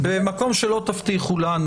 במקום שלא תבטיחו לנו